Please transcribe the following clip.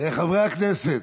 חברי הכנסת,